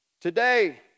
Today